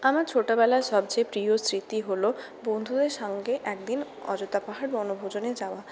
আমার ছোটবেলায় সবচেয়ে প্রিয় স্মৃতি হল বন্ধুদের সঙ্গে একদিন অযোধ্যা পাহাড়়ে বনভোজনে যাওয়া